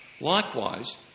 Likewise